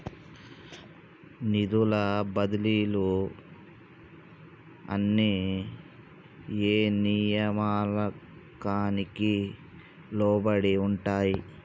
నిధుల బదిలీలు అన్ని ఏ నియామకానికి లోబడి ఉంటాయి?